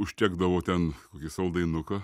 užtekdavo ten kokį saldainuką